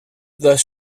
the